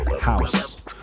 house